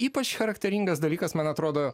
ypač charakteringas dalykas man atrodo